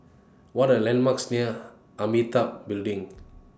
What Are landmarks near Amitabha Building